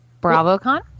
BravoCon